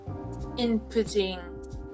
inputting